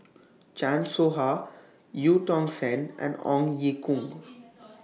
Chan Soh Ha EU Tong Sen and Ong Ye Kung